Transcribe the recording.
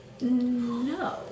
No